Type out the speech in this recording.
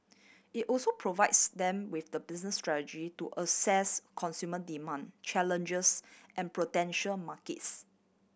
it also provides them with the business strategy to assess consumer demand challenges and potential markets